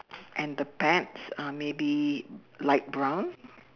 and the pants are maybe light brown